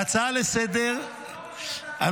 ההצעה לסדר-היום, אבל זה לא מה שאתה חושב.